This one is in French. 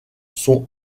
sont